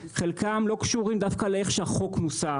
חלקם לא קשורים דווקא לאיך שהחוק נוסח,